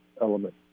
element